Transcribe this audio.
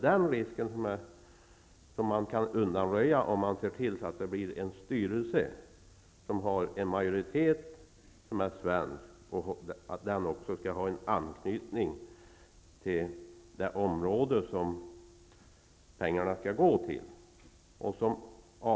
Den risken kan man undanröja om man ser till att det blir en styrelse som har en svensk majoritet och som även har en anknytning till det område som pengarna skall gå till.